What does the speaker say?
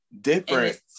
different